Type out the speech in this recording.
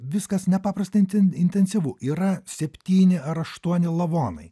viskas nepaprastai inten intensyvu yra septyni ar aštuoni lavonai